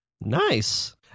Nice